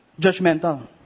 judgmental